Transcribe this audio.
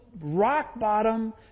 rock-bottom